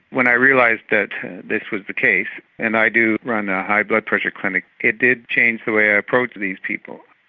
when i realised that this was the case and i do run a high blood pressure clinic, it did change the way i approached these people.